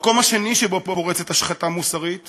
המקום השני שבו פורצת השחתה מוסרית